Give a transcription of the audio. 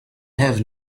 have